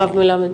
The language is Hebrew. הרב מלמד?